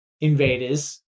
invaders